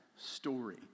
story